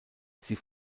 sie